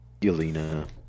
Yelena